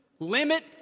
Limit